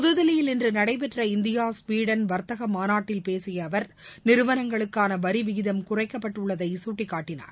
புதுதில்லியில் இன்று நடைபெற்ற இந்தியா சுவீடன் வர்த்த மாநாட்டில் பேசிய நிறுவனங்களுக்கான வரி விகிதம் குறைக்கப்பட்டுள்ளதை சுட்டிக்காட்டினார்